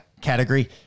category